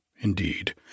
indeed